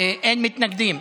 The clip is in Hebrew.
אין מתנגדים.